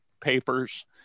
papers